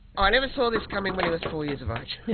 i never saw this coming when he was four years of age,